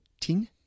Ting